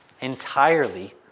entirely